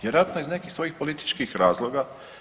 Vjerojatno iz nekih svojih političkih razloga.